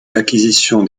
l’acquisition